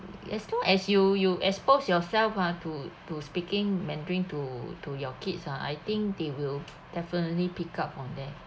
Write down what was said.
as long as you you expose yourself ah to to speaking mandarin to to your kids ah I think they will definitely pick up from there